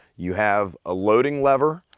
you have a loading lever,